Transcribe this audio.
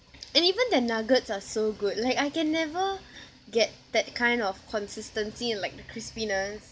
and even their nuggets are so good like I can never get that kind of consistency and like the crispiness